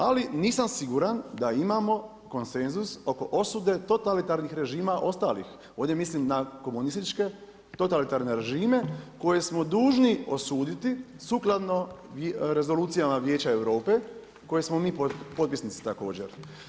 Ali nisam siguran da imamo konsenzus oko osude totalitarnih režima ostalih, ovdje mislim na komunističke totalitarne režime koje smo dužni osuditi sukladno rezolucijama Vijeća Europe, koje smo mi potpisnici također.